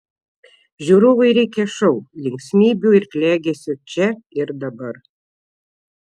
žiūrovui reikia šou linksmybių ir klegesio čia ir dabar